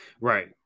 Right